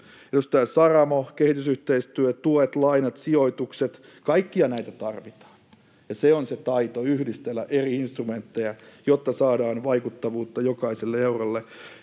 Edustaja Saramo, kehitysyhteistyö, tuet, lainat, sijoitukset — kaikkia näitä tarvitaan, ja se on se taito, yhdistellä eri instrumentteja, jotta saadaan vaikuttavuutta jokaiselle eurolle.